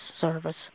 service